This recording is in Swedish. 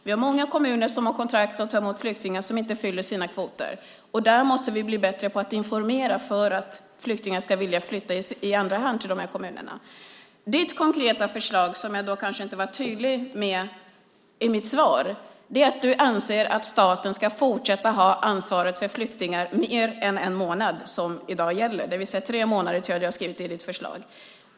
Vi har många kommuner som har kontrakt på att ta emot flyktingar som inte fyller sina kvoter. Vi måste bli bättre på att informera för att flyktingar ska vilja flytta i andra hand till de här kommunerna. Ditt konkreta förslag, som jag kanske inte besvarade så tydligt i mitt svar, är att staten ska fortsätta att ha ansvaret för flyktingar mer än en månad, som gäller i dag. Jag tror att du har skrivit tre månader i ditt förslag.